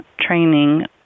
training